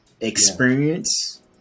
experience